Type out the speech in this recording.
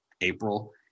April